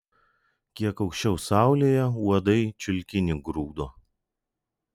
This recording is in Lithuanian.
kiek aukščiau saulėje uodai čiulkinį grūdo